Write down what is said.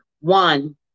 one